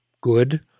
good